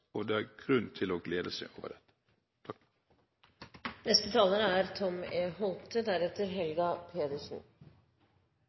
og det er grunn til å glede seg over